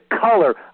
color